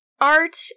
art